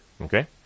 Okay